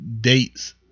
dates